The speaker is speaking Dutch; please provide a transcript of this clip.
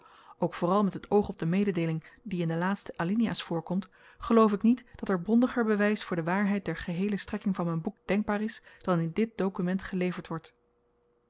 ook vooral met het oog op de mededeeling die in de laatste alinea's voorkomt geloof ik niet dat er bondiger bewys voor de waarheid der geheele strekking van m'n boek denkbaar is dan in dit dokument geleverd wordt